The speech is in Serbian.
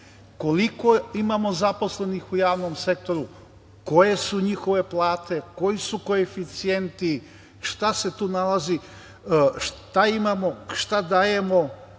koliko imamo zaposlenih u javnom sektoru, koje su njihove plate, koji su koeficijenti, šta se tu nalazi, šta imamo, šta dajemo,